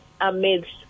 amidst